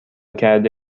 کرده